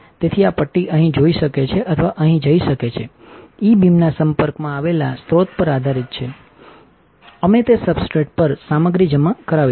તેથી આ પટ્ટી અહીં જઈ શકે છે અથવા અહીં જઈ શકે છે ઇ બીમના સંપર્કમાં આવેલા સ્રોત પર આધારિત છે અમેતે સબસ્ટ્રેટપર સામગ્રી જમાકરાવીશું